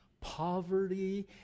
poverty